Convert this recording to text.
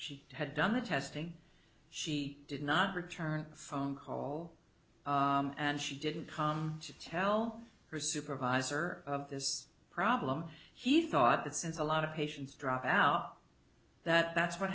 she had done the testing she did not return phone call and she didn't come to tell her supervisor of this problem he thought that since a lot of patients drop out that that's what